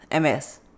MS